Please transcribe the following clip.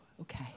okay